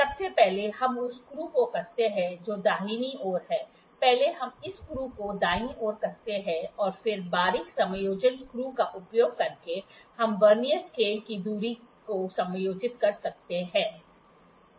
सबसे पहले हम उस स्क्रू को कसते हैं जो दाहिनी ओर है पहले हम इस स्क्रू को दायीं ओर कसते हैं और फिर बारीक समायोजन स्क्रू का उपयोग करके हम वर्नियर स्केल की दूरी को समायोजित कर सकते हैं